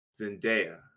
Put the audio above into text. Zendaya